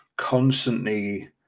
Constantly